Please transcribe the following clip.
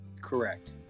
Correct